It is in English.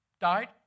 died